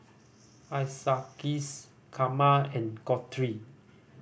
Isaias Karma and Guthrie